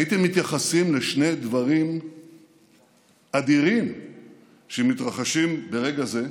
הייתם מתייחסים לשני דברים אדירים שמתרחשים ברגע זה,